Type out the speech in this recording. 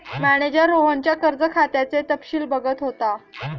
manager रोहनच्या कर्ज खात्याचे तपशील बघत होता